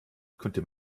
könnte